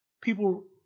People